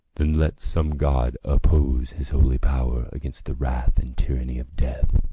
then let some god oppose his holy power against the wrath and tyranny of death,